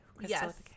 Yes